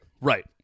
Right